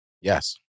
Yes